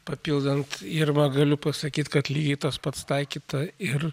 papildant irmą galiu pasakyt kad lygiai tas pats taikyta ir